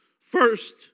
First